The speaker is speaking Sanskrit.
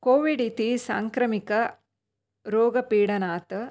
कोविड् इति साङ्क्रमिक रोगपीडनात्